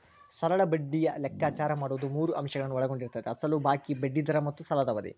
ಸರಳ ಬಡ್ಡಿಯನ್ನು ಲೆಕ್ಕಾಚಾರ ಮಾಡುವುದು ಮೂರು ಅಂಶಗಳನ್ನು ಒಳಗೊಂಡಿರುತ್ತದೆ ಅಸಲು ಬಾಕಿ, ಬಡ್ಡಿ ದರ ಮತ್ತು ಸಾಲದ ಅವಧಿ